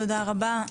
תודה רבה.